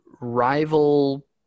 rival